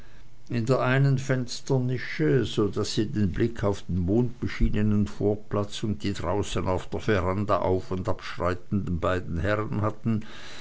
in der einen fensternische so daß sie den blick auf den mondbeschienenen vorplatz und die draußen auf der veranda auf und ab schreitenden beiden herren hatten